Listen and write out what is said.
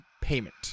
Payment